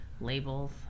labels